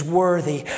worthy